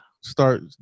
start